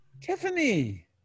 Tiffany